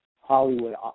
Hollywood